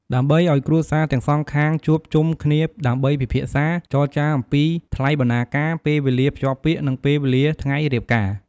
ដើម្បីឲ្យគ្រួសារទាំងសងខាងជួបជុំគ្នាដើម្បីពិភាក្សា ចរចាអំពីថ្លៃបណ្ណាការ ពេលវេលាភ្ជាប់ពាក្យ និងពេលវេលាថ្ងៃរៀបការ ។